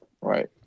Right